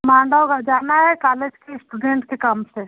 मांडव जाना है कालेज के इस्टुडेन्ट के काम से